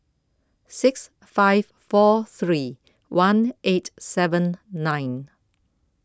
six five four three one eight seven nine